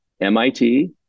MIT